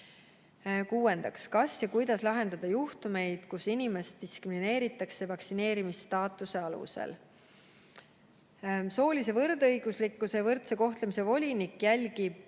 Kuuendaks: "Kes ja kuidas lahendab juhtumeid, kus inimest diskrimineeritakse vaktsineerimisstaatuse alusel?" Soolise võrdõiguslikkuse ja võrdse kohtlemise volinik jälgib